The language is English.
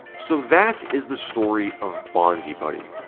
so that is the story of bonzibuddy.